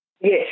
Yes